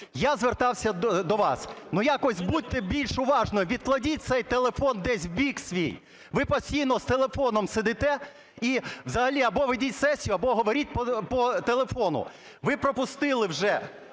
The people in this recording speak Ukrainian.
я звертався до вас. Якось будьте більш уважною, відкладіть цей телефон десь в бік свій, ви постійно з телефоном сидите. І взагалі або ведіть сесію, або говоріть по телефону. Ви пропустили вже